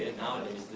and nowadays.